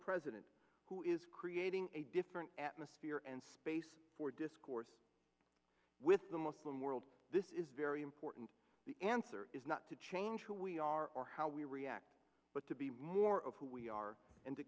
president who is creating a different atmosphere and space for discourse with the muslim world this is very important the answer is not to change who we are or how we react but to be more of who we are and to